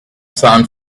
sun